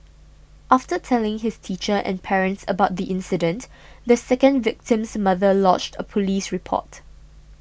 after telling his teacher and parents about the incident the second victim's mother lodged a police report